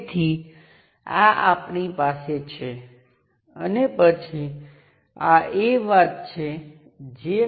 તેથી Vth અને Rth નું શ્રેણી સંયોજન મોડેલ હશે એકમાત્ર શરત છે કે આ સર્કિટમાં ફક્ત સ્વતંત્ર સ્ત્રોતો અને રેખીય ઘટકો હોવાં જોઈએ